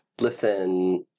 Listen